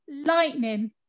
lightning